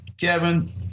Kevin